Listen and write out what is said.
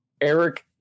eric